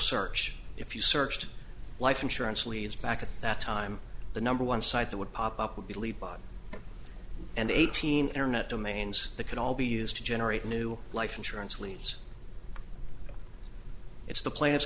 search if you searched life insurance leads back at that time the number one site that would pop up would be lead by and eighteen internet domains that could all be used to generate new life insurance liens it's the pla